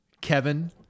Kevin